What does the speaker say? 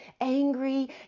angry